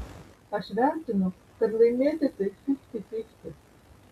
aš vertinu kad laimėti tai fifty fifty